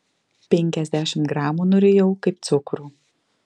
penkiasdešimt gramų nurijau kaip cukrų